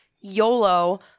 YOLO